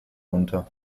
unter